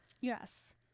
Yes